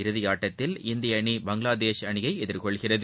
இறுதி ஆட்டத்தில் இந்திய அணி பங்களாதேஷ் அணியை எதிர்கொள்கிறது